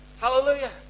Hallelujah